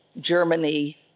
Germany